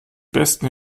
besten